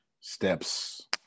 steps